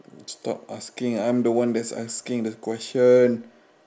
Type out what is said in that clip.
stop asking I am the one that's asking the question